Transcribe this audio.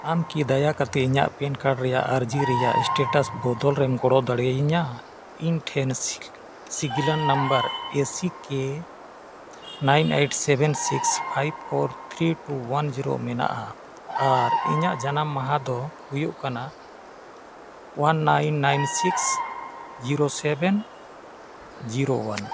ᱟᱢ ᱠᱤ ᱫᱟᱭᱟ ᱠᱟᱛᱮᱫ ᱤᱧᱟᱹᱜ ᱯᱮᱱ ᱠᱟᱨᱰ ᱨᱮᱭᱟᱜ ᱟᱨᱡᱤ ᱨᱮᱭᱟᱜ ᱥᱴᱮᱴᱟᱥ ᱵᱚᱫᱚᱞ ᱮᱢ ᱜᱚᱲᱚ ᱫᱟᱲᱮᱭᱤᱧᱟᱹ ᱤᱧ ᱴᱷᱮᱱ ᱥᱤᱜᱤᱞᱟᱱ number A C K nine eight seven six five four three two one zero ᱢᱮᱱᱟᱜᱼᱟ ᱟᱨ ᱤᱧᱟᱹᱜ ᱡᱟᱱᱟᱢ ᱢᱟᱦᱟ ᱫᱚ ᱦᱩᱭᱩᱜ ᱠᱟᱱᱟ one nine nine six zero seven zero one